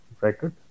record